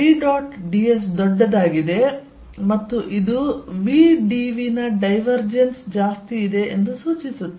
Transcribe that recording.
ds ದೊಡ್ಡದಾಗಿದೆ ಮತ್ತು ಇದು ನ ಡೈವರ್ಜೆನ್ಸ್ ಜಾಸ್ತಿ ಇದೆ ಎಂದು ಸೂಚಿಸುತ್ತದೆ